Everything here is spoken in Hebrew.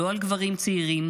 לא על גברים צעירים.